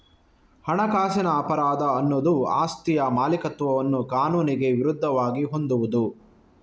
ಹಣಕಾಸಿನ ಅಪರಾಧ ಅನ್ನುದು ಆಸ್ತಿಯ ಮಾಲೀಕತ್ವವನ್ನ ಕಾನೂನಿಗೆ ವಿರುದ್ಧವಾಗಿ ಹೊಂದುವುದು